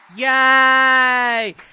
Yay